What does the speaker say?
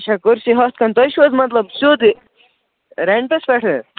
اَچھا کُرسی ہتھ کَھنٛڈ تۄہہِ چھُو حظ مطلب سیٚود رٮ۪نٛٹَس پٮ۪ٹھ ہا